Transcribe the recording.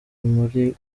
muri